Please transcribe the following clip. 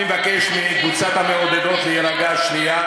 אני מבקש מקבוצת המעודדות להירגע שנייה.